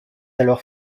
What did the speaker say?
alors